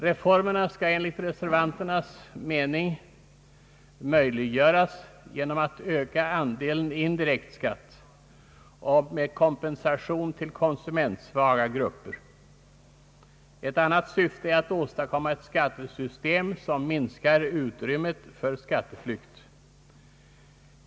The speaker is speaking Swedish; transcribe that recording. Reformerna skall enligt reservanternas mening genomföras på så sätt att andelen indirekt skatt ökas, med samtidig kompensation till konsumentsvaga grupper. Ett annat syfte med reformen är att åstadkomma ett skattesystem som minskar utrymmet för skatteflykt.